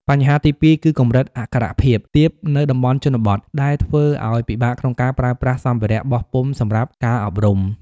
បញ្ហាទីពីរគឺកម្រិតអក្ខរភាពទាបនៅតំបន់ជនបទ ដែលធ្វើឱ្យពិបាកក្នុងការប្រើប្រាស់សម្ភារបោះពុម្ពសម្រាប់ការអប់រំ។